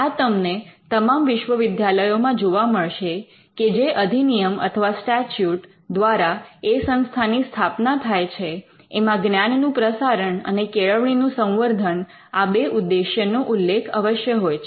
આ તમને તમામ વિશ્વવિદ્યાલયોમા જોવા મળશે કે જે અધિનિયમ અથવા સ્ટેચ્યુટ દ્વારા એ સંસ્થાની સ્થાપના થાય છે એમાં જ્ઞાનનું પ્રસારણ અને કેળવણીનું સંવર્ધન આ બે ઉદ્દેશ્ય નો ઉલ્લેખ અવશ્ય હોય છે